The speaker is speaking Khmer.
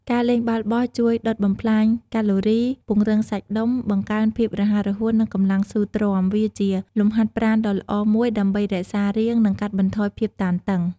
ការលេងបាល់បោះជួយដុតបំផ្លាញកាឡូរី ពង្រឹងសាច់ដុំ បង្កើនភាពរហ័សរហួន និងកម្លាំងស៊ូទ្រាំ វាជាលំហាត់ប្រាណដ៏ល្អមួយដើម្បីរក្សារាង និងកាត់បន្ថយភាពតានតឹង។